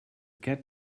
cat